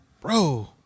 bro